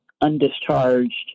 undischarged